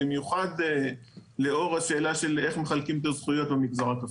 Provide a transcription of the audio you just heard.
במיוחד לאור השאלה של איך מחלקים את הזכויות במגזר הכפרי.